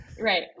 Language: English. right